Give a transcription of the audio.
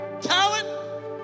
talent